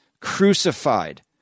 crucified